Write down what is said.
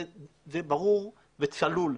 זה ברור וצלול.